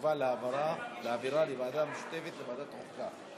שתקבע להעביר לוועדה המשותפת לוועדת החוקה,